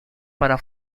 para